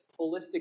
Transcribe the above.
holistic